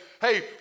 hey